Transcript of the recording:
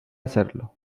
hacerlo